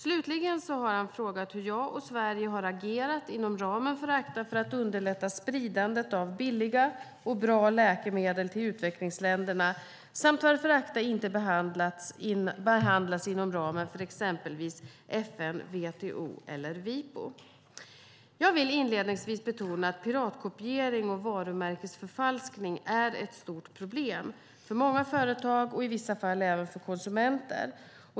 Slutligen har han frågat hur jag och Sverige har agerat inom ramen för ACTA för att underlätta spridandet av billiga och bra läkemedel till utvecklingsländerna samt varför ACTA inte behandlas inom ramen för exempelvis FN, WTO eller Wipo. Jag vill inledningsvis betona att piratkopiering och varumärkesförfalskning är ett stort problem för många företag och i vissa fall även för konsumenter.